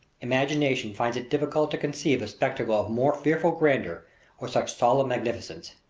imagination finds it difficult to conceive a spectacle of more fearful grandeur or such solemn magnificence.